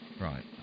Right